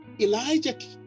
Elijah